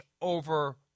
over